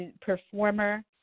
performer